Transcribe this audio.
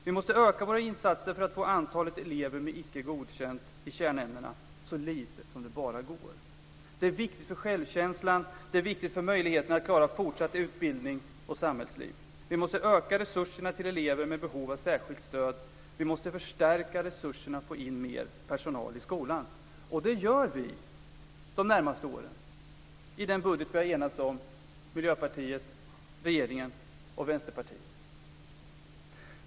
Vi måste öka våra insatser för att få antalet elever med icke godkänt i kärnämnena så litet som det bara går. Det är viktigt för självkänslan och det är viktigt för möjligheterna att klara fortsatt utbildning och samhällsliv. Vi måste öka resurserna till elever med behov av särskilt stöd. Vi måste förstärka resurserna och få in mer personal i skolan. Det gör vi under de närmaste åren i den budget som Miljöpartiet, regeringen och Vänsterpartiet har enats om.